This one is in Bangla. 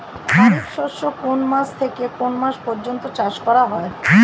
খারিফ শস্য কোন মাস থেকে কোন মাস পর্যন্ত চাষ করা হয়?